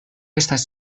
estas